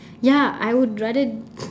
ya I would rather